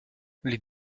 les